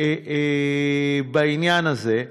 בעניין הזה,